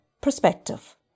Perspective